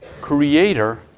creator